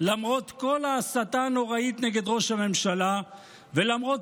למרות כל ההסתה הנוראית נגד ראש הממשלה ולמרות